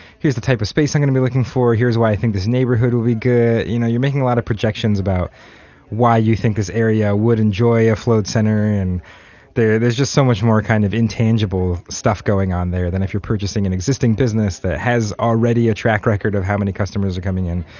here's the type of space i'm going to be looking for, here's why i think this neighborhood would be good. you know you're making a lot of projections about why you think this area would enjoy a float center and there's just so much more kind of intangible stuff going on there than if you're purchasing an existing business that has already a track record of how many customers are coming in.